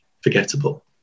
forgettable